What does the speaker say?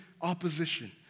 opposition